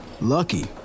Lucky